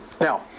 Now